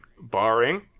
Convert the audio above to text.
barring